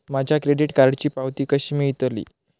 माझ्या क्रेडीट कार्डची पावती कशी मिळतली?